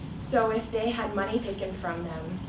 so if they had money taken from them,